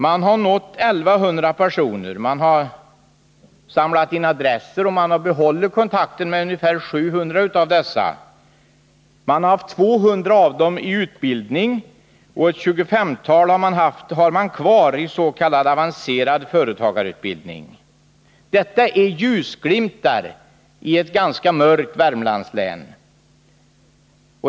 Fonden nådde från början 1100 personer och har sedan behållit kontakten med ungefär 700 av dessa. 200 har genomgått utbildning, och ett tjugofemtal genomgår nu s.k. avancerad företagarutbildning. Detta är ljusglimtar i ett ganska mörkt Värmlandslän.